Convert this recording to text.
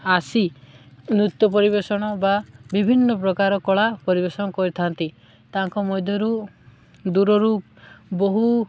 ଆସି ନୃତ୍ୟ ପରିବେଷଣ ବା ବିଭିନ୍ନ ପ୍ରକାର କଳା ପରିବେଷଣ କରିଥାନ୍ତି ତାଙ୍କ ମଧ୍ୟରୁ ଦୂରରୁ ବହୁ